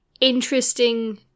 interesting